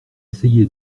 essayé